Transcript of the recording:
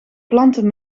planten